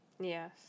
yes